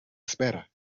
espera